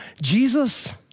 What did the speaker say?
Jesus